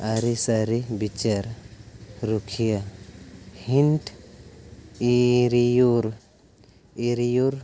ᱟᱹᱨᱤ ᱥᱟᱹᱨᱤ ᱵᱤᱪᱟᱹᱨ ᱨᱩᱠᱷᱤᱭᱟᱹ ᱦᱤᱱᱴ ᱤᱨᱤᱭᱳᱨ ᱤᱨᱤᱭᱳᱨ